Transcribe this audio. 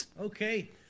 Okay